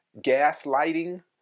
Gaslighting